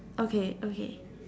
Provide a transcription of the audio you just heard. okay okay